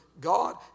God